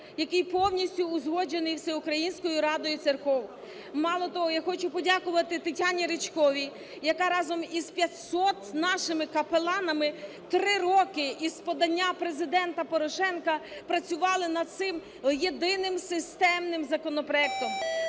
який повністю узгоджений Всеукраїнською радою церков. Мало того, я хочу подякувати Тетяні Ричковій, яка разом із 500 нашими капеланами три роки із подання Президента Порошенка працювали над цим єдиним системним законопроектом.